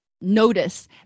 notice